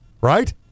right